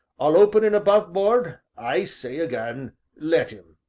all open an' aboveboard, i say again let im.